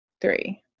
three